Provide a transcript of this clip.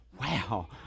wow